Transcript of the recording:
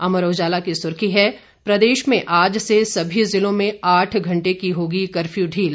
अमर उजाला की सुर्खी है प्रदेश में आज से सभी जिलों में आठ घंटे की होगी कर्फ्यू ढील